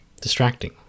Distracting